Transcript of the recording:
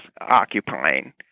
occupying